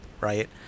right